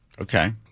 Okay